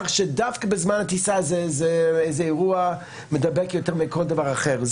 שדווקא בזמן הטיסה זה אירוע מדבק יותר מכל דבר אחר.